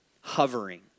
Hovering